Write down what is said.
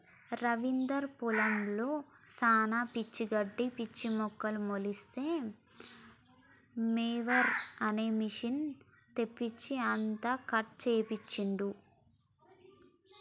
రవీందర్ పొలంలో శానా పిచ్చి గడ్డి పిచ్చి మొక్కలు మొలిస్తే మొవెర్ అనే మెషిన్ తెప్పించి అంతా కట్ చేపించిండు